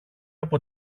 από